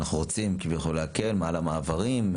אנחנו רוצים כביכול להקל על המעברים,